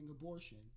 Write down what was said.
abortion